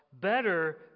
better